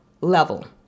level